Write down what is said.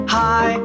hi